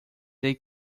they